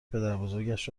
پدربزرگش